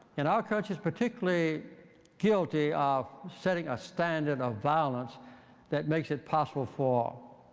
and our country is particularly guilty of setting a standard of violence that makes it possible for